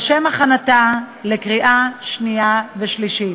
לשם הכנתה לקריאה שנייה ושלישית.